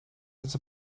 was